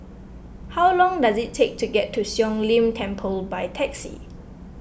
how long does it take to get to Siong Lim Temple by taxi